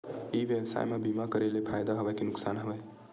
ई व्यवसाय म बीमा करे ले फ़ायदा हवय के नुकसान हवय?